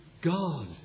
God